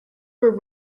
were